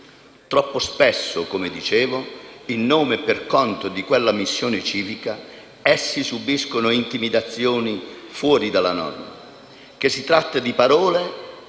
Troppo spesso, come dicevo, in nome e per conto di quella missione civica, essi subiscono intimidazioni fuori dalla norma. Che si tratti di parole